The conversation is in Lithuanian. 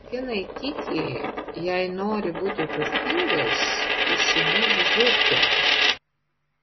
kinai tiki jei nori būti turtingas įsigyk žiurkę